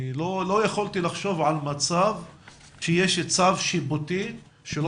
לא יכולתי לחשוב על מצב שיש צו שיפוטי שלא